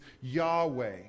Yahweh